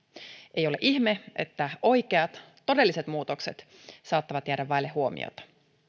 ei ole ihme että oikeat todelliset muutokset saattavat jäädä vaille huomiota